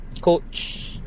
coach